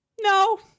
no